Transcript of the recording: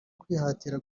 kwihatira